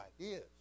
ideas